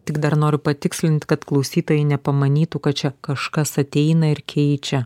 tik dar noriu patikslint kad klausytojai nepamanytų kad čia kažkas ateina ir keičia